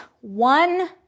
one